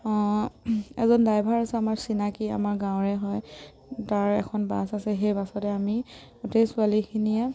এজন ড্ৰাইভাৰ আছে আমাৰ চিনাকি আমাৰ গাঁৱৰে হয় তাৰ এখন বাছ আছে সেই বাছতে আমি গোটেই ছোৱালীখিনিয়ে